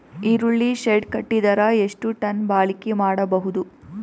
ಈರುಳ್ಳಿ ಶೆಡ್ ಕಟ್ಟಿದರ ಎಷ್ಟು ಟನ್ ಬಾಳಿಕೆ ಮಾಡಬಹುದು?